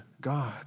God